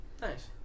Nice